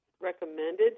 recommended